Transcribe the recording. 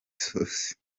isosi